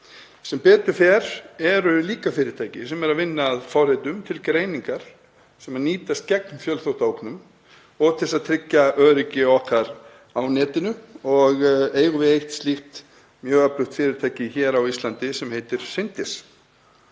Sem betur fer eru líka fyrirtæki sem eru að vinna að forritum til greiningar sem nýtast gegn fjölþáttaógnum og til að tryggja öryggi okkar á netinu og eigum við eitt slíkt mjög öflugt fyrirtæki hér á Íslandi sem heitir Syndis.